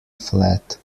flat